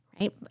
right